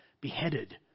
beheaded